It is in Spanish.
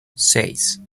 seis